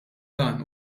dan